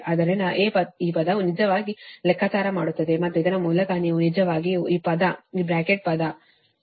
ಆದ್ದರಿಂದ A ಈ ಪದವು ನಿಜವಾಗಿ ಲೆಕ್ಕಾಚಾರ ಮಾಡುತ್ತದೆ ಮತ್ತು ಇದರ ಮೂಲಕ ನೀವು ನಿಜವಾಗಿಯೂ ಈ ಪದ ಈ ಬ್ರಾಕೆಟ್ ಪದ ಈ ಪದವು A ಆಗಿದೆ